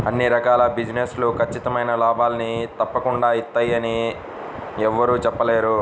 అన్ని రకాల బిజినెస్ లు ఖచ్చితమైన లాభాల్ని తప్పకుండా ఇత్తయ్యని యెవ్వరూ చెప్పలేరు